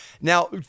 Now